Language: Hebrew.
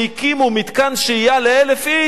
עד שהקימו מתקן שהייה ל-1,000 איש,